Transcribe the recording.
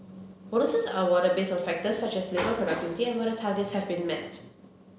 bonuses are awarded based on factors such as labour productivity and whether targets have been met